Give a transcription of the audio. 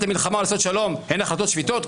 למלחמה או לעשות שלום הן החלטות שפיטות?